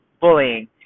bullying